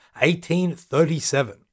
1837